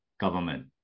government